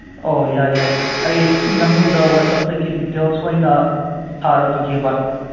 ꯑꯣ ꯌꯥꯏ ꯌꯥꯏ ꯑꯩ ꯅꯪꯉꯣꯟꯗ ꯋꯥꯆꯦꯞꯇꯒꯤ ꯗꯤꯇꯦꯜꯁ ꯑꯣꯏꯅ ꯊꯥꯔꯛꯄꯤꯒꯦꯕ